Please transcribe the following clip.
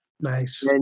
Nice